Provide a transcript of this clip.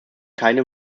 keine